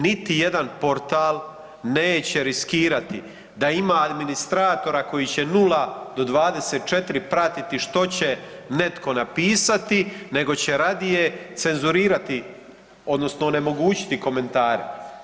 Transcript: Niti jedan portal neće riskirati da ima administratora koji će od 0 do 24 pratiti što će netko napisati nego će radije cenzurirati odnosno onemogućiti komentare.